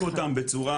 אני אבדוק אותם בצורה